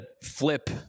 flip